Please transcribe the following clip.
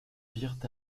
virent